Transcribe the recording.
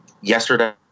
yesterday